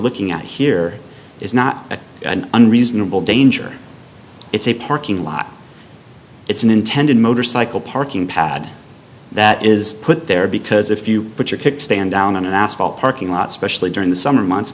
looking at here is not an unreasonable danger it's a parking lot it's an intended motorcycle parking pad that is put there because if you put your kickstand down on an asphalt parking lot specially during the summer months